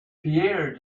pierre